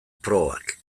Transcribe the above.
probak